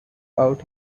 out